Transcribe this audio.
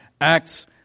Acts